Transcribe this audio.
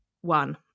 one